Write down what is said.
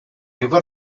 river